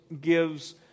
gives